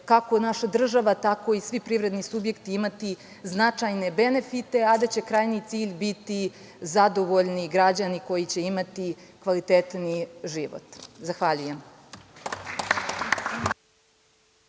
kako naša država tako i svi privredni subjekti, imati značajne benefite, a da će krajnji cilj biti zadovoljni građani koji će imati kvalitetniji život. Zahvaljujem.